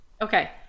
Okay